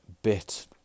Bit